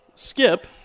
Skip